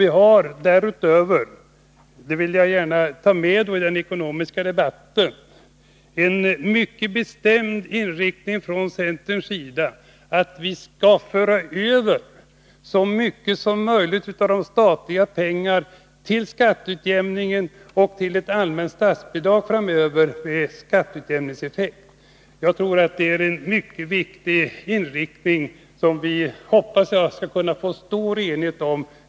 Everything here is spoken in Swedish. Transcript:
Centern är därutöver — det vill jagta mediden ekonomiska debatten — mycket bestämd i sin inriktning på att åstadkomma skatteutjämning mellan kommunerna i så stor utsträckning som möjligt, och man vill få till stånd ett allmänt statsbidrag som ger skatteutjämningseffekt. Jag tror det är en mycket viktig inriktning, som jag hoppas det skall bli enighet om.